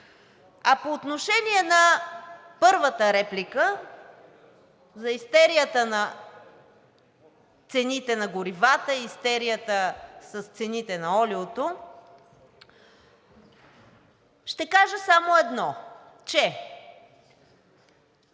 А по отношение на първата реплика – за истерията на цените на горивата, истерията с цените на олиото, ще кажа само едно – че